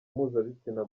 mpuzabitsina